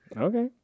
Okay